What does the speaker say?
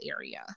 area